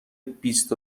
بیست